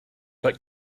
but